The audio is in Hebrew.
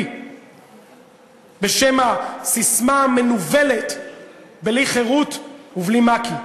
בשם הססמה המנוולת "בלי חרות ובלי מק"י".